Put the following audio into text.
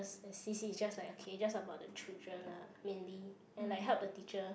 is just like okay just about the children lah mainly and like help the teacher